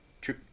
true